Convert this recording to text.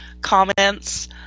comments